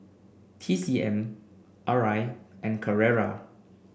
T C M Arai and Carrera